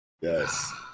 Yes